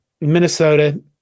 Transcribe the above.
Minnesota